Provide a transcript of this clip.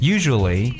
Usually